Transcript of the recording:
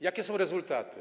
Jakie są rezultaty?